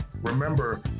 Remember